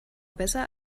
besser